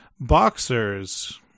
Boxers